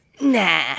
Nah